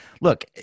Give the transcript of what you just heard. Look